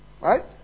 right